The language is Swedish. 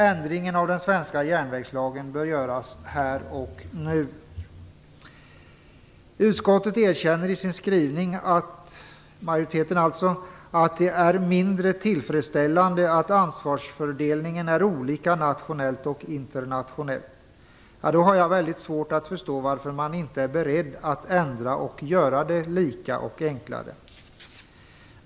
Ändringen av den svenska järnvägstrafiklagen bör göras här och nu. Utskottsmajoriteten erkänner i sin skrivning att det är mindre tillfredsställande att ansvarsfördelningen är olika nationellt och internationellt. Därför har jag svårt att förstå varför man inte är beredd att ändra och göra det lika och enklare.